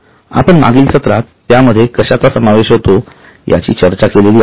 आपण मागील सत्रात त्यामध्ये कशाचा समावेश होतो याची चर्चा केलेली आहे